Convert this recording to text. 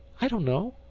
i don't know.